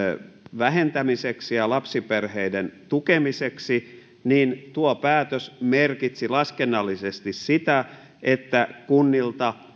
vähentämiseksi ja lapsiperheiden tukemiseksi niin tuo päätös merkitsi laskennallisesti sitä että kunnilta